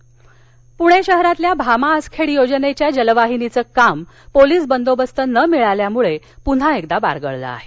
भामा आसखेड पुणे शहरातील भामा आसखेड योजनेच्या जलवाहिनीचं काम पोलिस बंदोबस्त न मिळाल्यामुळे पुन्हा एकदा बारगळलं आहे